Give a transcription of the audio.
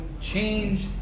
change